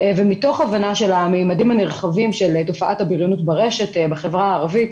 מתוך הבנה של הממדים הנרחבים של תופעת הבריונות ברשת בחברה הערבית,